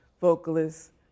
vocalist